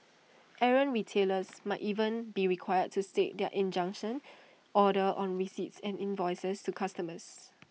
errant retailers might even be required to state their injunction order on receipts and invoices to customers